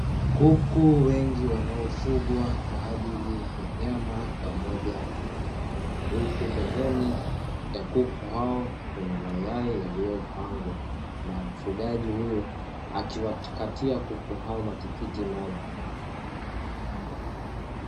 Kuku wengi wanaofugwa kwa ajili ya nyama pamoja na mayai, huku pembeni ya kuku hao kuna mayai yaliyopangwa na mfugaji huyo akiwakatia kuku hao matikiti maji.